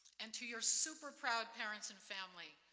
and to your super proud parents and family,